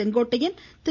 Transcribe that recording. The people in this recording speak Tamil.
செங்கோட்டையன் திரு